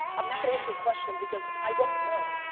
i'm not gonna answer your question, because i don't know,